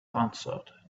answered